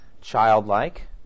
Childlike